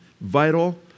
vital